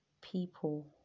people